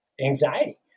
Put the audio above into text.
anxiety